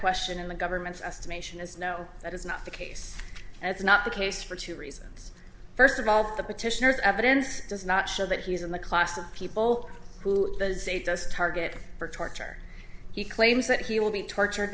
question in the government's estimation is no that is not the case and it's not the case for two reasons first of all the petitioner evidence does not show that he is in the class of people who does a does target for torture he claims that he will be torture